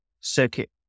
circuit